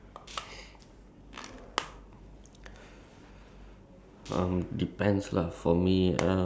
ya to me it's like stop being lazy just get over and done with like the things that I'm supposed to do